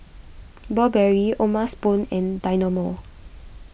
Burberry O'ma Spoon and Dynamo